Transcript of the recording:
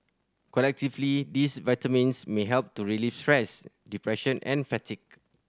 collectively these vitamins may help to relieve stress depression and fatigue